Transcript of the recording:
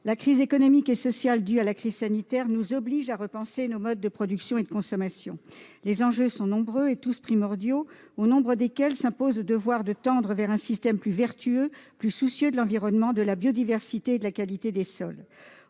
la crise économique et sociale due à la crise sanitaire nous oblige à repenser nos modes de production et de consommation. Les enjeux sont nombreux et tous primordiaux, au nombre desquels s'impose le devoir de tendre vers un système plus vertueux, plus soucieux de l'environnement, de la biodiversité et de la qualité des sols.